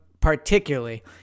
particularly